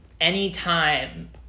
anytime